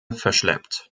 verschleppt